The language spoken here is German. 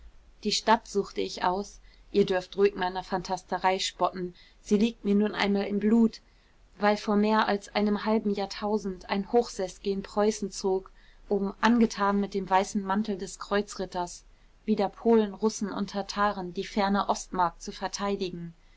die stadt suchte ich mir aus ihr dürft ruhig meiner phantasterei spotten sie liegt mir nun einmal im blut weil vor mehr als einem halben jahrtausend ein hochseß gen preußen zog um angetan mit dem weißen mantel des kreuzritters wider polen russen und tartaren die ferne ostmark zu verteidigen